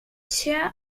chair